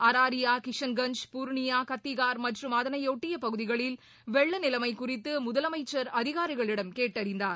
அராரியா கிஷன்கஞ்ச் புர்ணியா கத்திகார் மற்றும் அதனையொட்டிய பகுதிகளில் வெள்ள நிலைமை குறித்து முதலமைச்சர் அதிகாரிகளிடம் கேட்டறிந்தார்